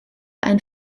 ein